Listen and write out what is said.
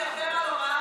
יש לי הרבה מה לומר,